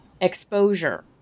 exposure